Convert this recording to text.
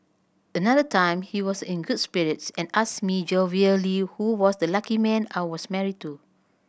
another time he was in good spirits and asked me jovially who was the lucky man I was married to